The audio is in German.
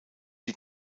die